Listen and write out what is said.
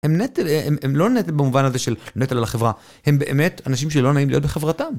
הם נטל, הם לא נטל במובן הזה של נטל על החברה, הם באמת אנשים שלא נעים להיות בחברתם.